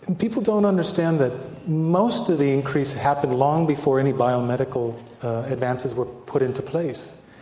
people don't understand that most of the increase happened long before any biomedical advances were put into place.